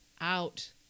out